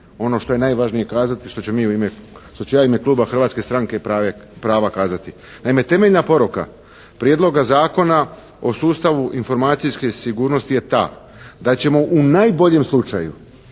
ono što je najvažnije kazati, što ću ja u ime Hrvatske stranke prava kazati. Naime temeljna poruka prijedloga Zakona o sustavu informacijske sigurnosti je ta da ćemo u najboljem slučaju,